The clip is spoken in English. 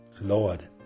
Lord